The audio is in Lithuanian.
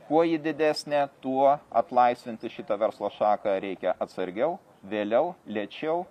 kuo ji didesnė tuo atlaisvinti šito verslo šaką reikia atsargiau vėliau lėčiau